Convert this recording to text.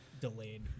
delayed